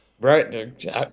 Right